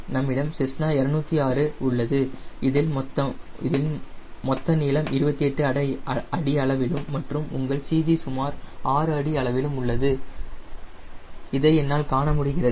நம்மிடம் செஸ்னா 206 உள்ளது இதில் மொத்த நீளம் 28 அடி அளவிலும் மற்றும் உங்கள் CG சுமார் 6 அடி அளவிலும் உள்ளதை என்னால் காண முடிகிறது